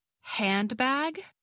Handbag